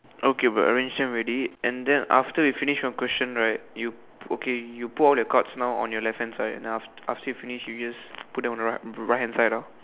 okay bro I mention already and then after you finish one question right you okay you put all the chords now on your left hand side and I'll after you finish you just put it on the right right hand side ah